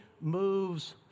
moves